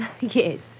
Yes